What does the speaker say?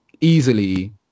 easily